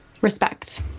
respect